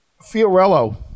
Fiorello